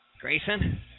Grayson